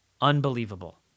Unbelievable